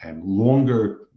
longer